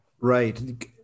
Right